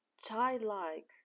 childlike